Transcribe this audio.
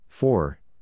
Four